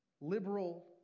liberal